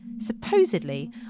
Supposedly